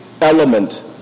element